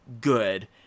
good